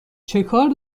چکار